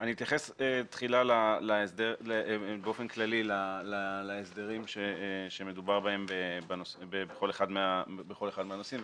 אני אתייחס תחילה באופן כללי להסדרים שמדובר בהם בכל אחד מהנושאים,